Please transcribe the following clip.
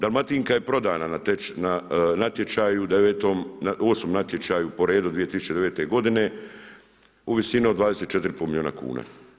Dalmatinka je prodana na natječaju 9., 8 natječaju po redu 2009. g. u visini od 24,5 milijuna kuna.